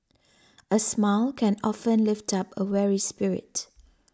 a smile can often lift up a weary spirit